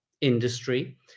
industry